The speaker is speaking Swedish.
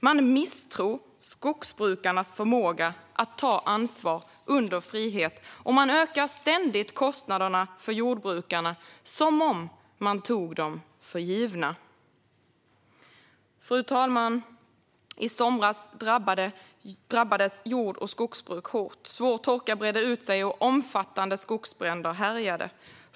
De misstror skogsbrukarnas förmåga att ta ansvar under frihet. Och de ökar ständigt kostnaderna för jordbrukarna som om de tog dem för givna. Fru talman! I somras drabbades jord och skogsbruk hårt. Svår torka bredde ut sig, och omfattande skogsbränder härjade.